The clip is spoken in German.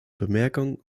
bemerkung